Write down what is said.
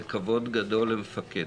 זה כבוד גדול למפקד.